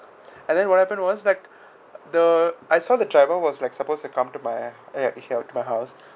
and then what happened was like the I saw the driver was like supposed to come to my uh to my house